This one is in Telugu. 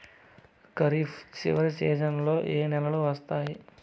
ఖరీఫ్ చివరి సీజన్లలో ఏ నెలలు వస్తాయి?